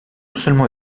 seulement